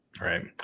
Right